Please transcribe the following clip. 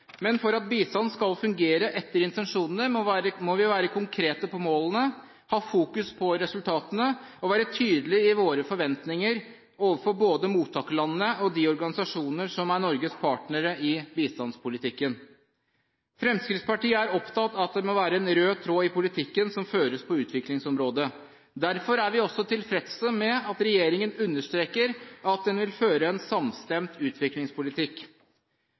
Men for at bistand skal fungere etter intensjonene, må vi være konkrete på målene, ha fokus på resultatene og være tydelige i våre forventninger overfor både mottakerlandene og de organisasjoner som er Norges partnere i bistandspolitikken. Fremskrittspartiet er opptatt av at det må være en rød tråd i politikken som føres på utviklingsområdet. Derfor er vi også tilfreds med at regjeringen understreker at den vil føre en samstemt utviklingspolitikk.